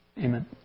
amen